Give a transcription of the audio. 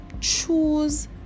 choose